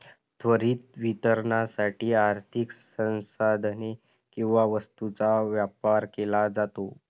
त्वरित वितरणासाठी आर्थिक संसाधने किंवा वस्तूंचा व्यापार केला जातो